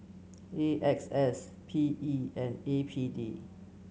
A X S P E and A P D